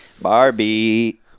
Barbie